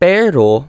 Pero